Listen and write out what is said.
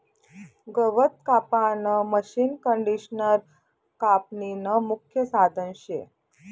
गवत कापानं मशीनकंडिशनर कापनीनं मुख्य साधन शे